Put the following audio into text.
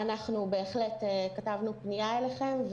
אנחנו בהחלט כתבנו פנייה אליכם,